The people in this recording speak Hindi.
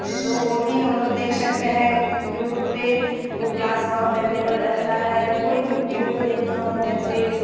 तो वो भी हम लोग देख सकते हैं यूट्यूब पे वो क्लास वहाँ पर अवेलेबल रहता है कोई भी वीडियो देखना हो जैसे